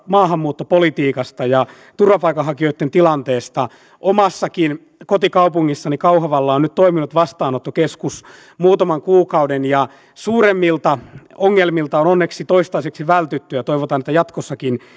maahanmuuttopolitiikasta ja turvapaikanhakijoitten tilanteesta omassakin kotikaupungissani kauhavalla on nyt toiminut vastaanottokeskus muutaman kuukauden ja suuremmilta ongelmilta on onneksi toistaiseksi vältytty ja toivotaan että jatkossakin